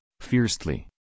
fiercely